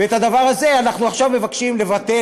ואת הדבר הזה אנחנו עכשיו מבקשים לבטל,